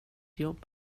jobb